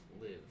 live